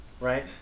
Right